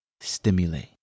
stimulate